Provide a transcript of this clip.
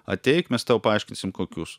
ateik mes tau paaiškinsim kokius